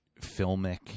filmic